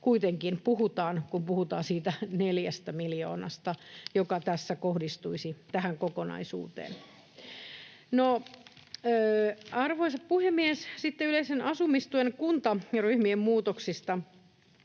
kuitenkin puhutaan, kun puhutaan siitä neljästä miljoonasta, joka tässä kohdistuisi tähän kokonaisuuteen. Arvoisa puhemies! Sitten yleisen asumistuen kuntaryhmien muutoksista: